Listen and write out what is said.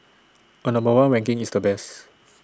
A number one ranking is the best